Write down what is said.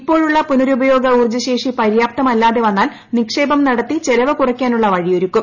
ഇപ്പോഴുള്ള പുനരുപയോഗ ഊർജ ശേഷി പര്യാപ്തമല്ലാതെ വന്നാൽ നിക്ഷേപം നടത്തി ചെലവ് കുറയ്ക്കാനുള്ള വഴിയൊരുക്കും